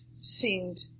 seemed